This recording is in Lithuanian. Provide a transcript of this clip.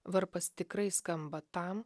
varpas tikrai skamba tam